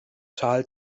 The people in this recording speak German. tal